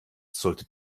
sollte